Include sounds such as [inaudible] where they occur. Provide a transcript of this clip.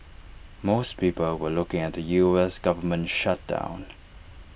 most people were looking at the U S Government shutdown [noise]